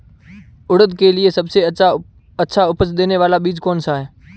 उड़द के लिए सबसे अच्छा उपज देने वाला बीज कौनसा है?